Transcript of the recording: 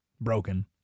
Broken